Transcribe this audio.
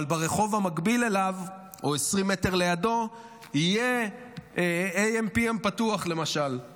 אבל ברחוב המקביל אליו או 20 מטר לידו יהיה AM:PM פתוח למשל,